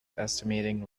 estimating